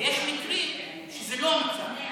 ויש מקרים שזה לא המצב.